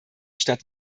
statt